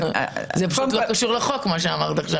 זה פשוט לא קשור להצעת החוק מה שאמרת עכשיו.